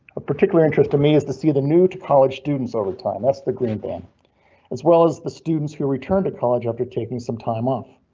ah interested me is to see the new to college students. overtime, that's the green band as well as the students who return to college after taking some time off.